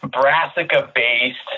brassica-based